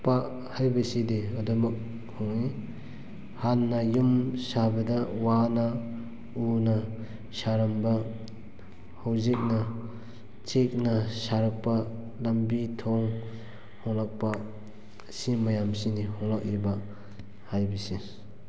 ꯄ ꯍꯥꯏꯕꯁꯤꯗꯤ ꯑꯗꯨꯝꯃꯛ ꯍꯣꯡꯉꯛꯏ ꯍꯥꯟꯅ ꯌꯨꯝ ꯁꯥꯕꯗ ꯋꯥꯅ ꯎꯅ ꯁꯥꯔꯝꯕ ꯍꯧꯖꯤꯛꯅ ꯆꯦꯛꯅ ꯁꯥꯔꯛꯄ ꯂꯝꯕꯤ ꯊꯣꯡ ꯍꯣꯡꯂꯛꯄ ꯑꯁꯤ ꯃꯌꯥꯝꯁꯤꯅꯤ ꯍꯣꯡꯂꯛꯂꯤꯕ ꯍꯥꯏꯕꯁꯤ